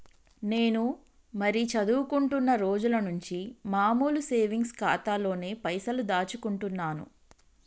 నేను మరీ చదువుకుంటున్నా రోజుల నుంచి మామూలు సేవింగ్స్ ఖాతాలోనే పైసలు దాచుకుంటున్నాను